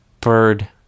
bird